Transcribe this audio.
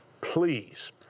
please